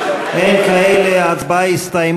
אינו נוכח יואל חסון,